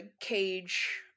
Cage